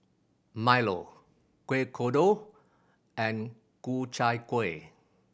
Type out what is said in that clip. milo Kuih Kodok and Ku Chai Kuih